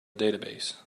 database